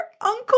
uncle